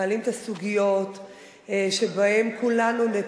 מעלים את הסוגיות שבהן כולנו,